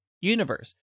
universe